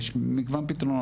יש מגוון פתרונות,